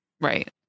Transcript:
right